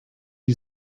you